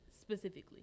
specifically